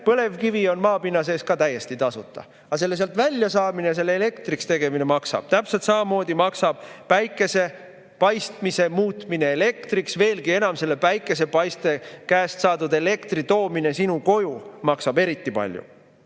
põlevkivi on maapinna sees ka täiesti tasuta, aga selle sealt välja saamine ja selle elektriks tegemine maksab. Täpselt samamoodi maksab päikesepaiste muutmine elektriks, veelgi enam, selle päikesepaiste käest saadud elektri toomine sinu koju maksab eriti palju.